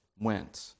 went